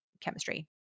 chemistry